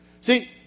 See